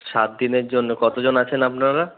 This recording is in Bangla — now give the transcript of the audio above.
সাত দিনের জন্য কতজন আছেন আপনারা